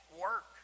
work